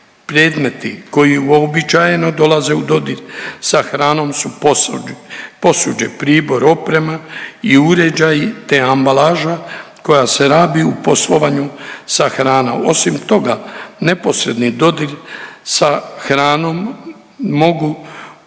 Predmeti koji uobičajeno dolaze u dodir sa hranom su posuđe, posuđe, pribor, oprema i uređaji, te ambalaža koja se rabi u poslovanju sa hranom. Osim toga, neposredni dodir sa hranom mogu,